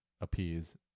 appease